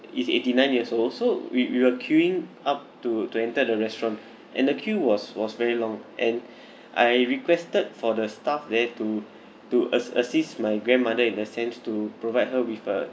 is eighty nine years also we we were queuing up to to enter the restaurant and the queue was was very long and I requested for the staff there to to as~ assist my grandmother in a sense to provide her with a